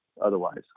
otherwise